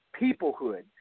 peoplehood